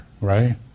right